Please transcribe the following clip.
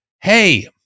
hey